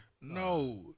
No